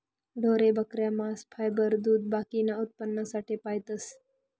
ढोरे, बकऱ्या, मांस, फायबर, दूध बाकीना उत्पन्नासाठे पायतस